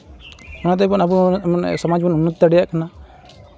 ᱚᱱᱟᱛᱮ ᱟᱵᱚ ᱥᱚᱢᱟᱡᱵᱚᱱ ᱩᱱᱱᱚᱛᱤ ᱫᱟᱲᱮᱭᱟᱜ ᱠᱟᱱᱟ